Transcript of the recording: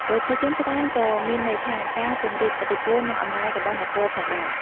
ប្រជាជនច្រើនក៏មានន័យថា ការពង្រីកឥទ្ធិពល និងអំណាចរបស់នគរផងដែរ។